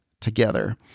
together